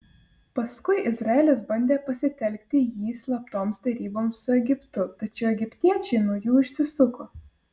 paskui izraelis bandė pasitelkti jį slaptoms deryboms su egiptu tačiau egiptiečiai nuo jų išsisuko